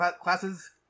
classes